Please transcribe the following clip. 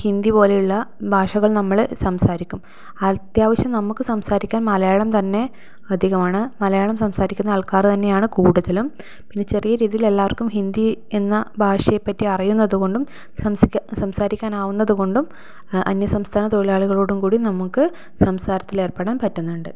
ഹിന്ദി പോലെയുള്ള ഭാഷകൾ നമ്മൾ സംസാരിക്കും അത്യാവശ്യം നമുക്ക് സംസാരിക്കാൻ മലയാളം തന്നെ അധികമാണ് മലയാളം സംസാരിക്കുന്ന ആൾക്കാർ തന്നെയാണ് കൂടുതലും പിന്നെ ചെറിയ രീതിയിൽ എല്ലാവർക്കും ഹിന്ദി എന്ന ഭാഷയെപ്പറ്റി അറിയുന്നതുകൊണ്ടും സംസാരിക്കാൻ ആവുന്നതുകൊണ്ടും അന്യസംസ്ഥാന തൊഴിലാളികളോടും കൂടി നമുക്ക് സംസാരത്തിലേർപ്പെടാൻ പറ്റുന്നുണ്ട്